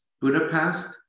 Budapest